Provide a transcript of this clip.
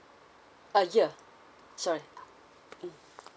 a year sorry mm